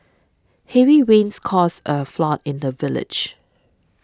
heavy rains caused a flood in the village